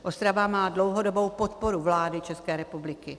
Ostrava má dlouhodobou podporu vlády České republiky.